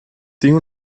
tinc